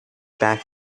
back